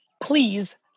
Please